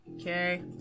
Okay